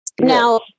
Now